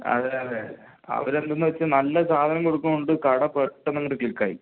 അതെ അതെ അവര് എന്തെന്ന് വെച്ചാൽ നല്ല സാധനം കൊടുക്കുന്നുണ്ട് കട പെട്ടന്നങ്ങട് ക്ലിക്കായി